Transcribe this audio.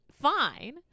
fine